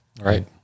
Right